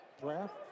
draft